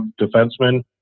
defenseman